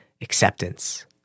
acceptance